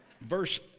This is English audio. Verse